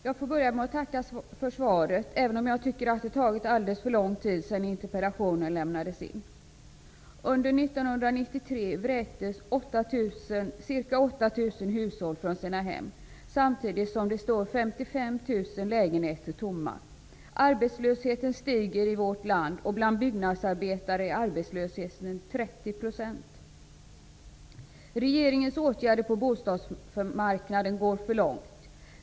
Fru talman! Jag får tacka för svaret, även om jag tycker att det tagit alldeles för lång tid sedan interpellationen lämnades in. Under 1993 har ca 8 000 hushåll vräkts från sina hem. Samtidigt står det 55 000 lägenheter tomma. Arbetslösheten stiger i vårt land, och bland byggnadsarbetare är arbetslösheten 30 %. Regeringens åtgärder på bostadsmarknaden går för långt.